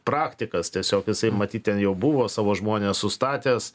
praktikas tiesiog jisai matyt ten jau buvo savo žmones sustatęs